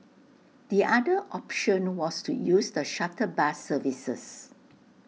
the other option was to use the shuttle bus services